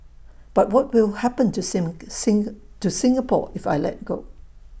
but what will happen to to Singapore if I let go